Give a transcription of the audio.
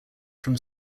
from